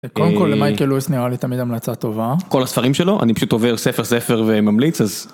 קודם כל מייקל לויס נראה לי תמיד המלצה טובה כל הספרים שלו אני פשוט עובר ספר ספר וממליץ אז.